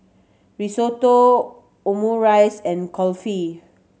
Risotto Omurice and Kulfi